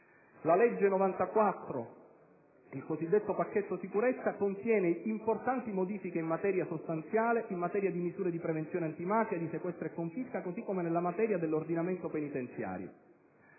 2009, n. 94, il cosiddetto pacchetto sicurezza, contiene importanti modifiche in materia sostanziale, in materia di misure di prevenzione antimafia, di sequestro e confisca, così come nella materia dell'ordinamento penitenziario.